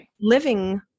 living